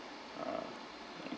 err